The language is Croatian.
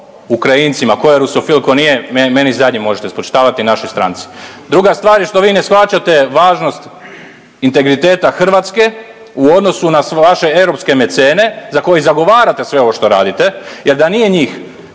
Ukrajincima tko je rusofil, tko nije, meni zadnjem možete spočitavati i našoj stranci. Druga stvar je što vi ne shvaćate važnost integriteta Hrvatske u odnosu na vaše europske mecene za koje zagovarate sve ovo što radite jer da nije njih